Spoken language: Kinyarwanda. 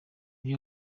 byo